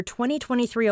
2023